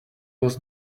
was